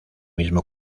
mismo